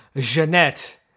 Jeanette